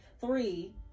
Three